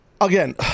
again